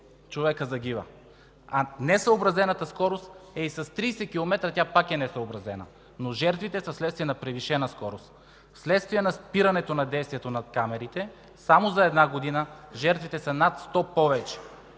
човекът загива. Несъобразената скорост – и с 30 км, тя пак е несъобразена. Жертвите обаче са вследствие на превишена скорост. Вследствие спирането на действието на камерите само за една година жертвите са над 100 повече.